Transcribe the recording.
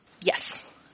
Yes